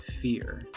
fear